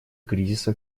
кризиса